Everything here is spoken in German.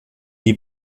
die